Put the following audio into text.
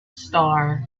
star